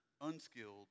unskilled